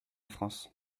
france